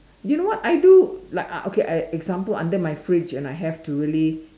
you know what I do like uh okay example under my fridge and I have to really